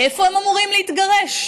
איפה הם אמורים להתגרש?